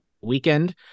weekend